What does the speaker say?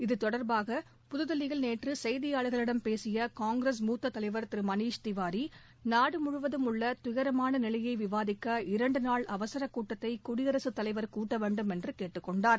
இதுதொடர்பாக புதுதில்லியில் நேற்று செய்தியாளர்களிடம் பேசிய காங்கிரஸ் மூத்த தலைவர் திரு மளீஷ் திவாரி நாடுமுழுவதும் உள்ள துயரமான நிலையை விவாதிக்க இரண்டு நாள் அவசரக் கூட்டத்தை குடியரசுத் தலைவர் கூட்ட வேண்டும் என்று கேட்டுக் கொண்டார்